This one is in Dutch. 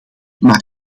maak